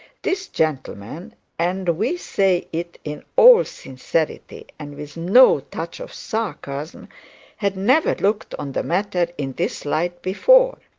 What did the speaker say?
this gentleman and we say it in all sincerity and with no touch of sarcasm had never looked on the matter in this light before.